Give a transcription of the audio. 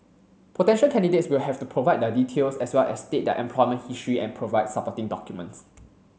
potential candidates will have to provide their details as well as state their employment history and provide supporting documents